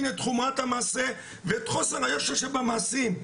את חומרת המעשה וחוסר היושר שבמעשים.